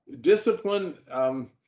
discipline